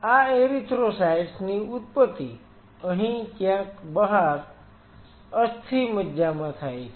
આ એરિથ્રોસાઈટ્સ ની ઉત્પત્તિ અહીં ક્યાંક બહાર અસ્થિ મજ્જા માં થાય છે